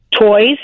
toys